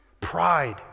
Pride